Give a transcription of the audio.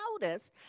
noticed